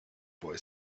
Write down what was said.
boy